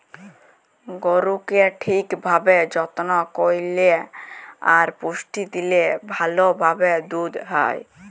গরুকে ঠিক ভাবে যত্ন করল্যে আর পুষ্টি দিলে ভাল ভাবে দুধ হ্যয়